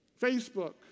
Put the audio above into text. Facebook